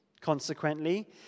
Consequently